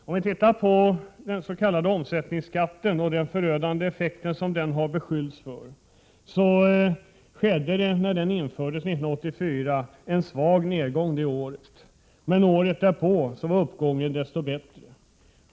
Om vi tittar på den s.k. omsättningsskatten och de förödande effekter den beskyllts för, finner vi att en svag nedgång skedde när skatten infördes 1984. Året därpå var uppgången desto större.